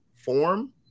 form